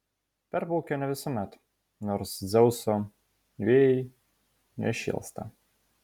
perplaukia ne visuomet nors dzeuso vėjai nešėlsta